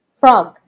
frog